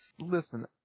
Listen